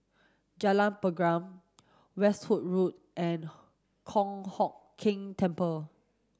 Jalan Pergam Westerhout Road and Kong Hock Keng Temple